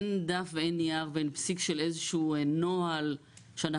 אין דף ואין נייר ואין פסיק של איזה שהוא נוהל שאנחנו